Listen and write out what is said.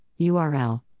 URL